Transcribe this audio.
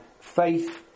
Faith